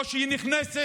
או שהיא נכנסת